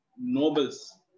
nobles